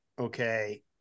Okay